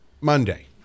Monday